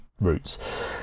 routes